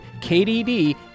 KDD